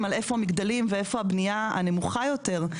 על איפה המגדלים ואיפה הבנייה הנמוכה יותר.